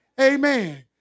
Amen